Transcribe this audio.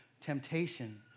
temptation